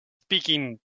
speaking